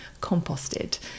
composted